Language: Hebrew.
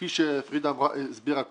הם מדברים על